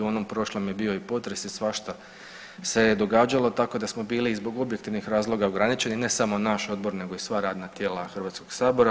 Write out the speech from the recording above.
U onom prošlom je bio i potres i svašta se je događalo, tako da smo bili i zbog objektivnih razloga ograničeni ne samo naš Odbor, nego i sva radna tijela Hrvatskoga sabora.